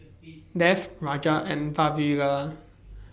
Dev Raja and Vavilala